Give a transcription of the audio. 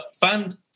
fan